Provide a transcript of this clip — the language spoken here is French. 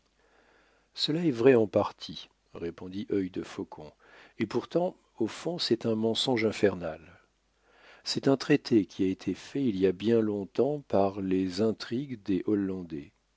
cela est vrai en partie répondit œil de faucon et pourtant au fond c'est un mensonge infernal c'est un traité qui a été fait il y a bien longtemps par les intrigues des